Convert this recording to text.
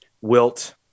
Wilt